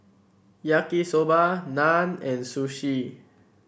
Yaki Soba Naan and Sushi